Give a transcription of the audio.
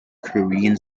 korean